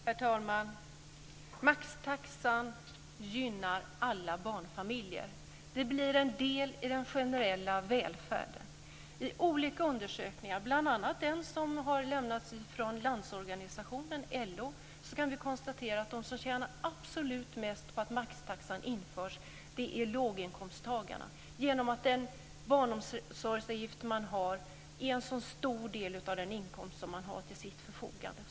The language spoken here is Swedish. Herr talman! Maxtaxan gynnar alla barnfamiljer. Den blir en del i den generella välfärden. I olika undersökningar, bl.a. en som har redovisats av Landsorganisationen, LO, kan vi konstatera att de som tjänar definitivt mest på att maxtaxan införs är låginkomsttagarna, eftersom den barnomsorgsavgift som de har är en så stor del av den inkomst som de har till sitt förfogande.